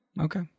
Okay